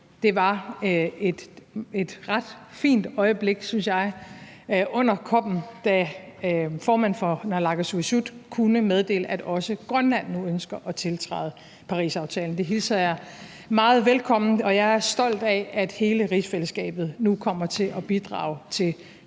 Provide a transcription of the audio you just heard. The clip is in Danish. Det var et ret fint øjeblik, synes jeg, under COP'en, da formanden for naalakkersuisut kunne meddele, at også Grønland nu ønsker at tiltræde Parisaftalen. Det hilser jeg meget velkommen, og jeg er stolt af, at hele rigsfællesskabet nu kommer til at bidrage til